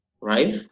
Right